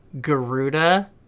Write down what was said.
garuda